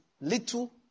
Little